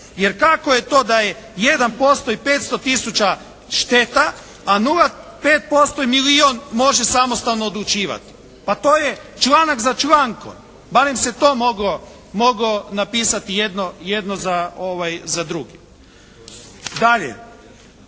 Jer kako je to da je 1% i 500 tisuća šteta, a 0,5% i milijun može samostalno odlučivati. Pa to je članak za člankom. Barem se to moglo, moglo napisati jedno, jedno za za drugim. Dalje,